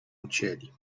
ucięli